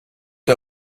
der